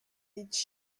est